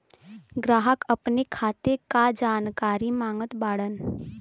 ग्राहक अपने खाते का जानकारी मागत बाणन?